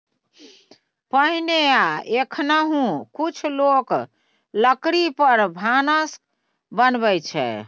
पहिने आ एखनहुँ कुछ लोक लकड़ी पर भानस बनबै छै